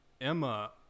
Emma